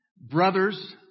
Brothers